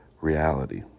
reality